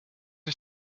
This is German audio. ich